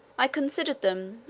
i considered them,